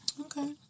Okay